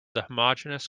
homogeneous